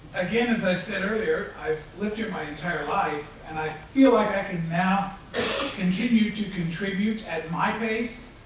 again, as i said earlier, i've lived here my entire life and i feel like i can now continue to contribute at my pace.